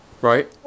right